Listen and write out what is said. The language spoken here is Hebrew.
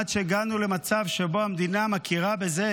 עד שהגענו למצב שבו המדינה מכירה בזה